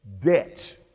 debt